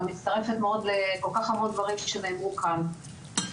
מצטרפת מאוד לכל כך הרבה דברים שנאמרו כאן.